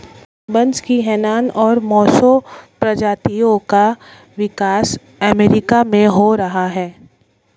बांस की हैनान और मोसो प्रजातियों का विकास अमेरिका में हो रहा है